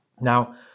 Now